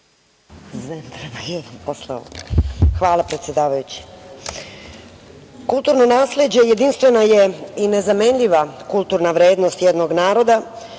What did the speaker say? Hvala predsedavajući. Kulturno nasleđe jedinstvena je i nezamenljiva kulturna vrednost jednog naroda,